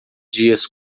dias